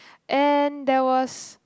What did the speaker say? and there was